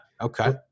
Okay